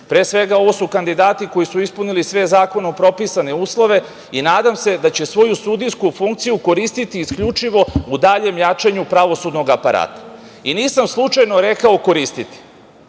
svega, ovo su kandidati koji su ispunili sve zakone propisane uslove i nadam se da će svoju sudijsku funkciju koristiti isključivo u daljem jačanju pravosudnog aparata. Nisam slučajno rekao „koristiti“,